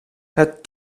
het